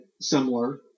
similar